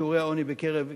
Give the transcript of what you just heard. שיעורי העוני בקרב קשישים,